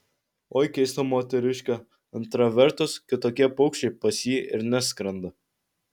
oi keista moteriškė antra vertus kitokie paukščiai pas jį ir neskrenda